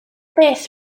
beth